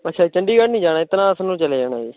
ਅੱਛਾ ਜੀ ਚੰਡੀਗੜ੍ਹ ਨਹੀਂ ਜਾਣਾ ਧਨਾਸ ਨੂੰ ਚਲੇ ਜਾਣਾ ਜੀ